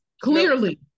Clearly